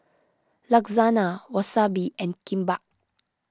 Lasagna Wasabi and Kimbap